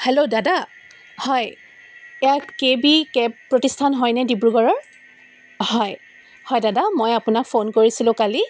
hello দাদা হয় এইয়া কে বি কেব প্ৰতিস্থান হয়নে ডিব্ৰুগড়ৰ হয় হয় দাদা মই আপোনাক ফ'ন কৰিছিলোঁ কালি